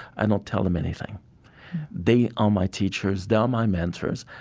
i don't tell them anything they are my teachers. they're my mentors.